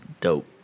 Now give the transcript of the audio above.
dope